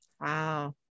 Wow